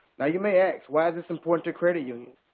now, you may ask why is this important to credit unions?